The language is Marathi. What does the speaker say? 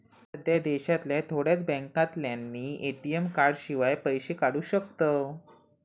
सध्या देशांतल्या थोड्याच बॅन्कांतल्यानी ए.टी.एम कार्डशिवाय पैशे काढू शकताव